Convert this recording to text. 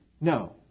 No